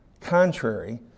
contrary